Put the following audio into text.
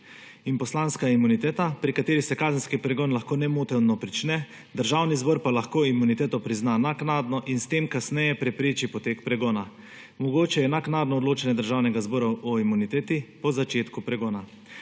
In poslanska imuniteta, pri kateri se kazenski pregon lahko nemoteno prične, Državni zbor pa lahko imuniteto prizna naknadno in s tem kasneje prepreči potek pregona. Mogoče je naknadno odločanje Državnega zbora o imuniteti po začetku pregona.